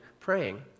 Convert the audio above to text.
praying